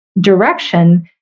direction